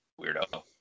Weirdo